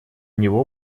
него